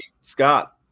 Scott